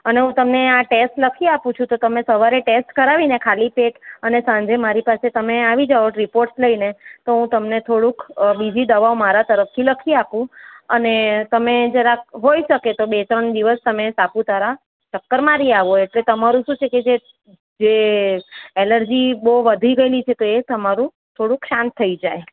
અને હુ તમને આ ટેસ્ટ લખી આપું છું તો તમે સવારે ટેસ્ટ કરાવીને ખાલી પેટ અને તમે સાંજે મારી પાસે તમે આવી જાવ રિપોર્ટ લઈને તો હુ તમને થોડુંક બીજી દવા મારા તરફથી લખી આપું અને તમે જરાક હોય શકે તો બે ત્રણ દિવસ તમે સાપુતારા ચક્કર મારી આવો એટલે તમારું શું છે કે જે જે એલર્જી બહુ વધી ગયેલી છે એ તમારું થોડુંક શાંત થઈ જાય